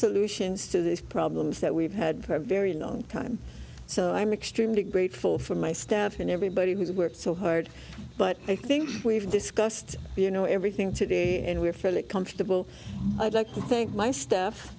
solutions to these problems that we've had a very long time so i'm extremely grateful for my staff and everybody who's worked so hard but i think we've discussed you know everything today and we're fairly comfortable i'd like to thank my